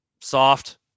Soft